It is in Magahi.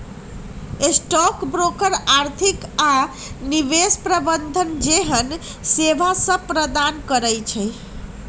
स्टॉक ब्रोकर आर्थिक आऽ निवेश प्रबंधन जेहन सेवासभ प्रदान करई छै